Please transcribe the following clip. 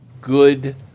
good